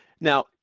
Now